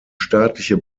staatliche